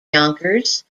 yonkers